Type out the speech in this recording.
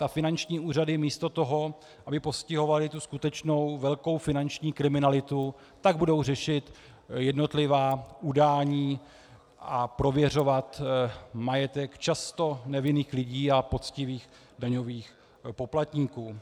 A finanční úřady místo toho, aby postihovaly skutečnou velkou finanční kriminalitu, tak budou řešit jednotlivá udání a prověřovat majetek často nevinných lidí a poctivých daňových poplatníků.